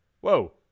Whoa